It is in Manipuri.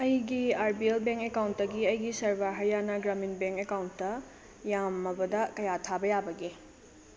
ꯑꯩꯒꯤ ꯑꯥꯔ ꯕꯤ ꯑꯦꯜ ꯕꯦꯡ ꯑꯦꯀꯥꯎꯟꯇꯒꯤ ꯑꯩꯒꯤ ꯁꯔꯕꯥ ꯍꯔꯤꯌꯥꯅꯥ ꯒ꯭ꯔꯥꯃꯤꯟ ꯕꯦꯡ ꯑꯦꯀꯥꯎꯟꯇ ꯌꯥꯝꯃꯕꯗ ꯀꯌꯥ ꯊꯥꯕ ꯌꯥꯕꯒꯦ